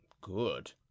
good